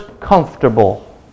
comfortable